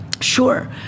Sure